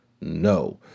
No